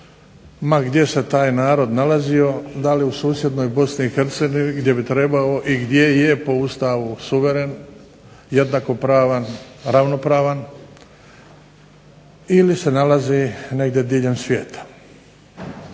ma gdje se taj narod nalazio da li u susjednoj Bosni i Hercegovini gdje bi trebao i gdje je po Ustavu suveren, jednakopravan, ravnopravan ili se nalazi negdje diljem svijeta.